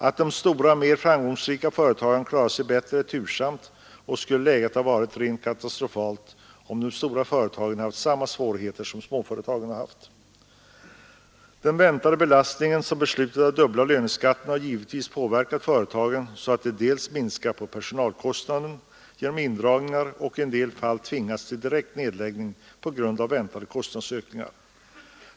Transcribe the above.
Att de stora och mer framgångsrika företagen klarat sig bättre är tursamt, och läget skulle ha varit katastrofalt om de stora företagen haft samma svårigheter som småföretagen. Den väntade belastning som beslutet om den dubbla löneskatten inneburit har givetvis påverkat företagen så att de minskat på personalkostnaden genom indragningar och i en del fall tvingats till direkt nedläggning på grund av väntade kostnadsökningar.